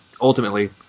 ultimately